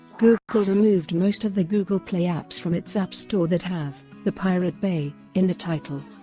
google removed most of the google play apps from its app store that have the pirate bay in the title.